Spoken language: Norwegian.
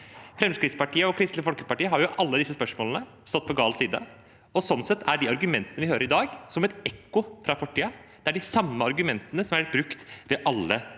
Fremskrittspartiet og Kristelig Folkeparti har i alle disse spørsmålene stått på gal side, og sånn sett er de argumentene vi hører i dag, som et ekko fra fortiden. Det er de samme argumentene som har vært brukt ved alle typer